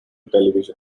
television